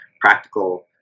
practical